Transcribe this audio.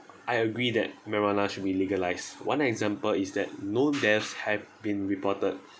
I agree that marijuana should be legalised one example is that no deaths have been reported